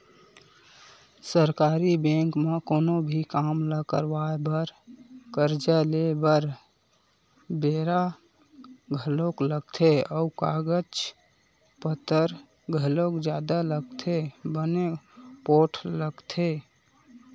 सरकारी बेंक म कोनो भी काम ल करवाय बर, करजा लेय बर बेरा घलोक लगथे अउ कागज पतर घलोक जादा लगथे बने पोठ लगथे